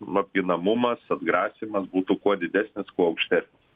lokinamumas atgrasymas būtų kuo didesnis kuo aukštesnis